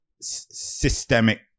systemic